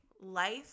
life